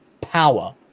power